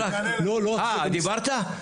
אהה, דיברת?